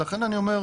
ולכן אני אומר,